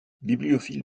bibliophile